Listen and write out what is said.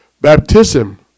Baptism